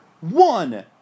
one